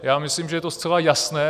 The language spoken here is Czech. Já myslím, že je to zcela jasné.